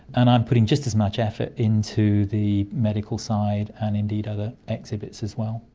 and i'm putting just as much effort into the medical side and indeed other exhibits as well.